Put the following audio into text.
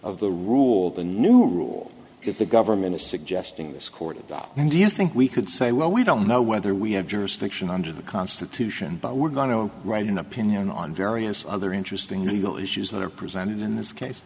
of the rule the new rule if the government is suggesting this court document do you think we could say well we don't know whether we have jurisdiction under the constitution but we're going to write an opinion on various other interesting legal issues that are presented in this case